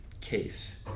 case